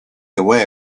away